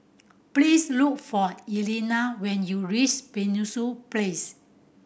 please look for Elena when you reach Penshurst Place